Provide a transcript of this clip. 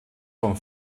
vom